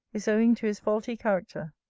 is owing to his faulty character.